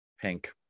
pink